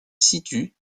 situe